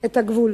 את הגבול.